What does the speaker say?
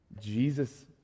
Jesus